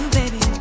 baby